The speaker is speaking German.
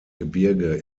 gebirge